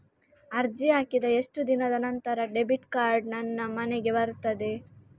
ಅರ್ಜಿ ಹಾಕಿದ ಎಷ್ಟು ದಿನದ ನಂತರ ಡೆಬಿಟ್ ಕಾರ್ಡ್ ನನ್ನ ಮನೆಗೆ ಬರುತ್ತದೆ?